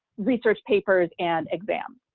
research papers and exam,